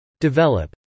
Develop